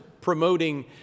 promoting